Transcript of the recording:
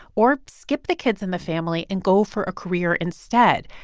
or skip the kids and the family and go for a career instead.